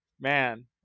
man